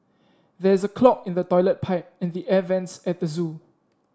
there is a clog in the toilet pipe and the air vents at the zoo